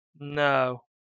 No